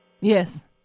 Yes